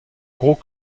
gros